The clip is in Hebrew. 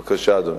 בבקשה, אדוני.